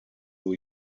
new